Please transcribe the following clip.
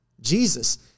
Jesus